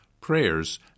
prayers